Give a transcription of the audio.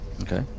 Okay